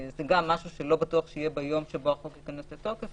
זה גם משהו שלא בטוח שיהיה ביום שבו החוק ייכנס לתוקף,